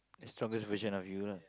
the strongest version of you lah